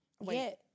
wait